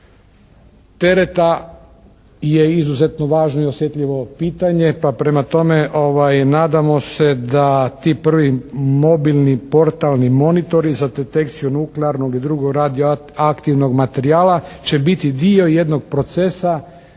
tereta je izuzetno važno i osjetljivo pitanje pa prema tome nadamo se da ti prvi mobilni portalni monitori za detekciju nuklearnog i drugog radioaktivnog materijala će biti dio jednog procesa